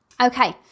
Okay